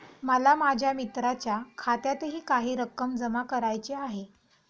मला माझ्या मित्राच्या खात्यातही काही रक्कम जमा करायची आहे